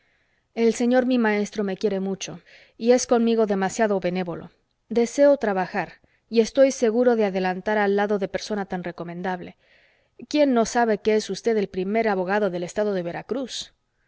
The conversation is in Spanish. el señor mi maestro me quiere mucho y es conmigo demasiado benévolo deseo trabajar y estoy seguro de adelantar al lado de persona tan recomendable quién no sabe que es usted el primer abogado del estado de veracruz